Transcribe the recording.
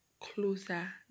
closer